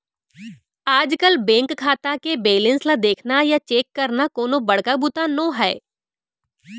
आजकल बेंक खाता के बेलेंस ल देखना या चेक करना कोनो बड़का बूता नो हैय